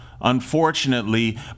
unfortunately